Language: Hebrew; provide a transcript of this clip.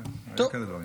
היו כאלה דברים.